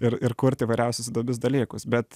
ir ir kurt įvairiausius įdomius dalykus bet